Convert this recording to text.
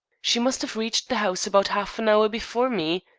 she must have reached the house about half-an-hour before me,